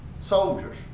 soldiers